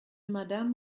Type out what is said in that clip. madame